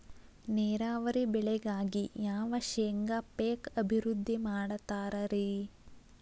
ನೇರಾವರಿ ಬೆಳೆಗಾಗಿ ಯಾವ ಶೇಂಗಾ ಪೇಕ್ ಅಭಿವೃದ್ಧಿ ಮಾಡತಾರ ರಿ?